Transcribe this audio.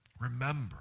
Remember